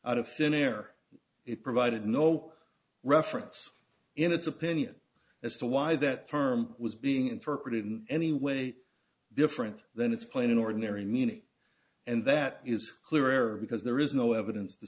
out of thin air it provided no reference in its opinion as to why that term was being interpreted in any way different than its plain ordinary meaning and that is clearer because there is no evidence to